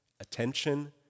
attention